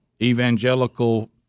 evangelical